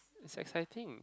it's exciting